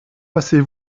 passez